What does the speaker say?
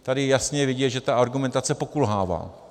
Tady je jasně vidět, že ta argumentace pokulhává.